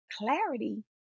clarity